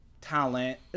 talent